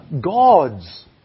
God's